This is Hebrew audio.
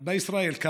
כאן בישראל.